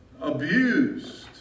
abused